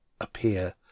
appear